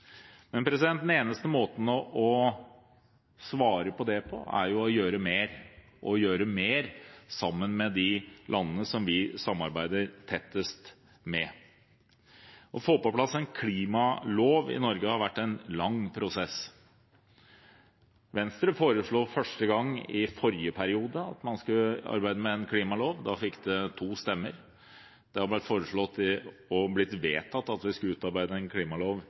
Men den eneste måten å svare på det på er å gjøre mer – og gjøre mer sammen med de landene som vi samarbeider tettest med. Å få på plass en klimalov i Norge har vært en lang prosess. Venstre foreslo første gang i forrige periode at man skulle arbeide med en klimalov. Da fikk det to stemmer. Det har vært foreslått og blitt vedtatt at vi skulle utarbeide en klimalov